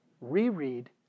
reread